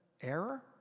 error